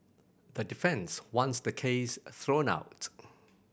the defence wants the case thrown out